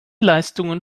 leistungen